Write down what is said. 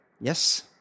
yes